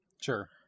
Sure